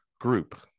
group